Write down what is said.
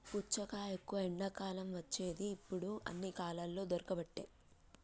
పుచ్చకాయ ఎక్కువ ఎండాకాలం వచ్చేది ఇప్పుడు అన్ని కాలాలల్ల దొరుకబట్టె